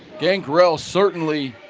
gangrel certainly